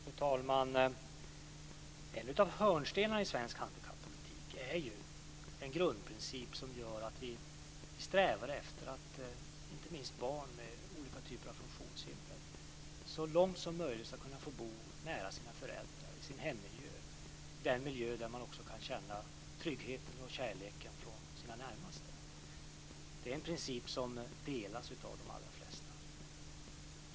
Fru talman! En av hörnstenarna i svensk handikappolitik är en grundprincip som gör att vi strävar efter att inte minst barn med olika typer av funktionshinder så långt som möjligt ska kunna få bo nära sina föräldrar i sin hemmiljö, den miljö där de kan känna tryggheten och kärleken från sina närmaste. Det är en princip som delas av de allra flesta.